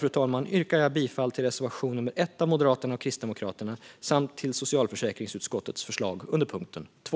Med detta yrkar jag bifall till reservation 1 av Moderaterna och Kristdemokraterna samt till socialförsäkringsutskottets förslag under punkt 2.